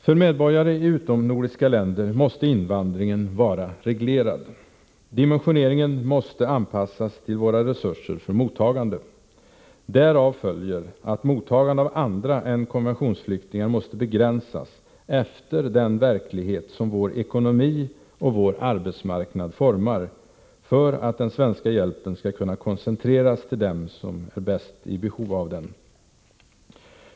För medborgare i utomnordiska länder måste invandringen vara reglerad. Dimensioneringen måste anpassas till våra resurser för mottagande. Därav följer att mottagande av andra än konventionsflyktingar måste begränsas efter den verklighet som vår ekonomi och vår arbetsmarknad formar för att den svenska hjälpen skall kunna koncentreras till dem som bäst behöver den.